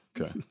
okay